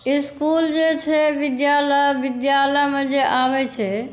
इसकुल जे छै विद्यालय विद्यालयमे जे आबै छै